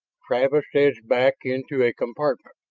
travis edged back into a compartment.